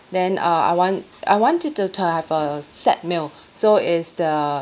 then uh I want I want to to to have a set meal so it's the